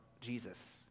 Jesus